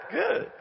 good